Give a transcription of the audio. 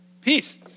Peace